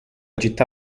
città